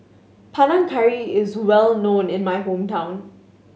Panang Curry is well known in my hometown